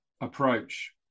approach